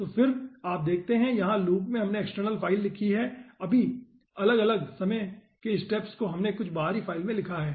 और फिर आप देखते है यहां लूप में हमने एक्सटर्नल फाइल लिखी है सभी अलग अलग समय के स्टेप्स को हमने कुछ बाहरी फाइल में लिखा है